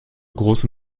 große